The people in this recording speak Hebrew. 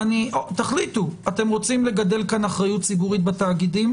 תחליטו אתם רוצים לגדל כאן אחריות ציבורית בתאגידים